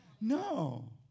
No